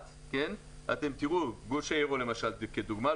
אתם תראו גוש היורו כדוגמה,